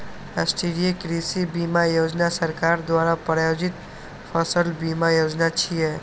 राष्ट्रीय कृषि बीमा योजना सरकार द्वारा प्रायोजित फसल बीमा योजना छियै